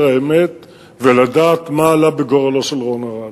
האמת ולדעת מה עלה בגורלו של רון ארד.